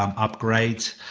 um upgrade.